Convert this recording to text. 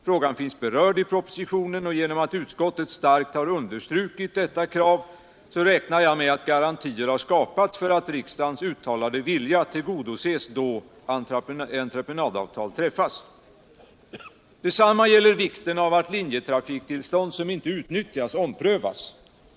Frågan finns berörd i propositionen, och genom att utskottet starkt understrukit detta krav räknar jag med att garantier har skapats för att riksdagens uttalade vilja tillgodoses då entreprenadavtal träffas. Detsamma gäller vikten av att linjetrafiktillstånd som inte utnyttjas omprövas.